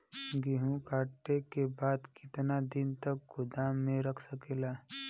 गेहूँ कांटे के बाद कितना दिन तक गोदाम में रह सकेला?